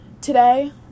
Today